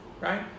right